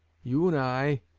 you and i,